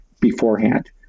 beforehand